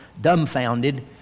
dumbfounded